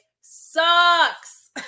sucks